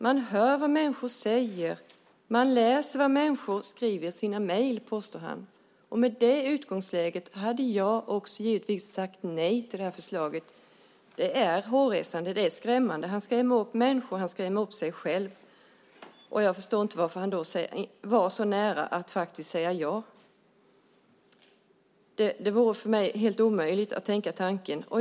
Man lyssnar på vad människor säger och läser vad de skriver i sina mejl, påstår han. Med det utgångsläget hade jag givetvis också sagt nej till förslaget. Det är hårresande. Det är skrämmande. Han skrämmer upp människor. Han skrämmer upp sig själv. Jag förstår därför inte varför han var så nära att faktiskt säga ja. Det vore för mig helt omöjligt att ens tänka tanken.